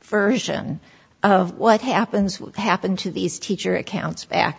version of what happens what happened to these teacher accounts bac